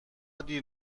دیر